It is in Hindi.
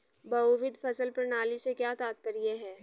बहुविध फसल प्रणाली से क्या तात्पर्य है?